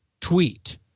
tweet